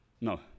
no